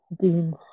beans